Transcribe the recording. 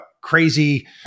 crazy